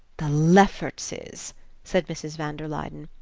the leffertses said mrs. van der luyden.